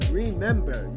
remember